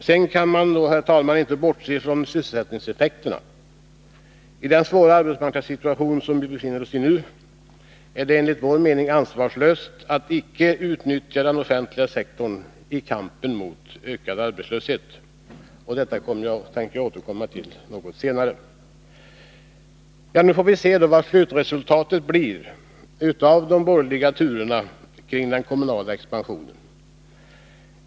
Sedan kan man, herr talman, inte bortse från sysselsättningseffekterna. I den svåra arbetsmarknadssituation som vi nu befinner oss i är det enligt vår mening ansvarslöst att inte utnyttja den offentliga sektorn i kampen mot ökad arbetslöshet. Detta tänker jag återkomma till senare. Nu får vi se vad slutresultatet blir av de borgerliga turerna kring den kommunala expansionen.